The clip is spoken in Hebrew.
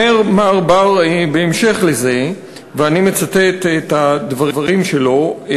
אומר מר בר בהמשך לזה, ואני מצטט את הדברים שלו: